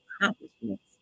accomplishments